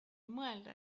mõelda